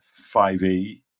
5e